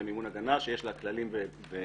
למימון הגנה שיש לה כללים וקריטריונים,